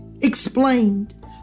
explained